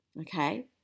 Okay